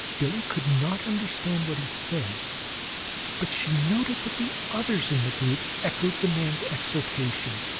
billie could not understand what he said but she noted that the others in the group echoed the man's exultation,